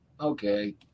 okay